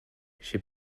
chez